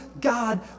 God